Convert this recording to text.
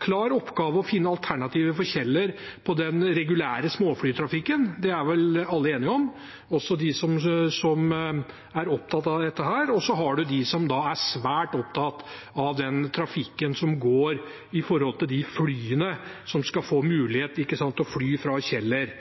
klar oppgave å finne alternativer til Kjeller for den regulære småflytrafikken. Det er vel alle enige om, også de som er opptatt av dette. Så har man dem som er svært opptatt av trafikken som går, med hensyn til de flyene som skal få mulighet til å fly fra Kjeller.